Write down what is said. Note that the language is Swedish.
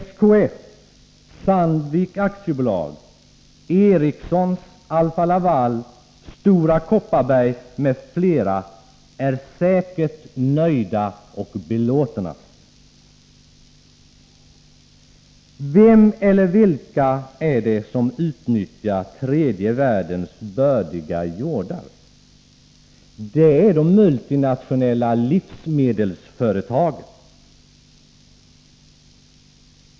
SKF, Sandvik AB, L M Ericsson, Alfa Laval, Stora Kopparberg m.fl. är säkert nöjda och belåtna. Vem eller vilka är det som utnyttjar tredje världens bördiga jordar? Det är de multinationella livsmedelsföretagen.